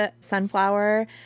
sunflower